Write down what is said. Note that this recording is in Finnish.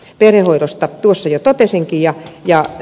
perhehoidosta tuossa jo totesinkin